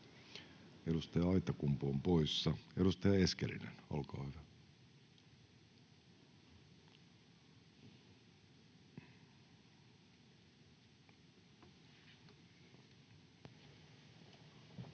Edustaja Aittakumpu on poissa. — Edustaja Eskelinen, olkaa hyvä.